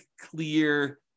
clear